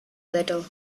little